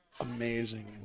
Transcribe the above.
amazing